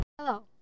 Hello